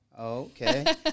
Okay